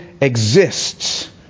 exists